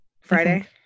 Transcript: Friday